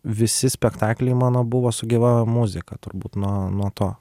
visi spektakliai mano buvo su gyva muzika turbūt nuo nuo to